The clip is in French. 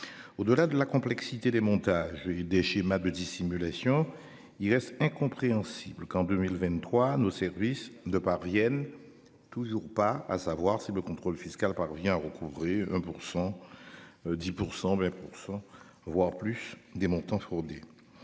Au-delà de la complexité des montages des schémas de dissimulation, il reste incompréhensible qu'en 2023 nos services de parviennent toujours pas à savoir si le contrôle fiscal parvient recouvrer pour 110% mais % voire plus des montants fraudés.